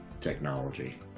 technology